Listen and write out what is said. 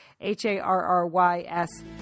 H-A-R-R-Y-S